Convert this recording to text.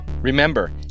Remember